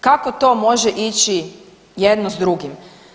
Kako to može ići jedno s drugim?